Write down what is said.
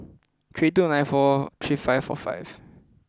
three two nine four three five four five